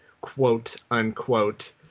quote-unquote